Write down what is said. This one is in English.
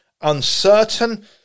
uncertain